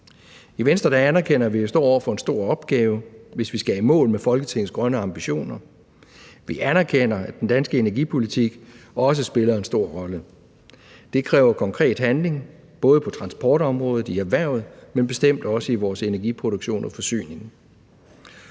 I Venstre anerkender vi, at vi står over for en stor opgave, hvis vi skal i mål med Folketingets grønne ambitioner. Vi anerkender, at den danske energipolitik også spiller en stor rolle. Det kræver konkret handling, både på transportområdet, i erhvervet, men bestemt også i vores energiproduktion og forsyning.